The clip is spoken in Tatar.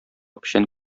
печән